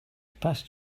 past